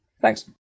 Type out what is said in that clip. Thanks